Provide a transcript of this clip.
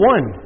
One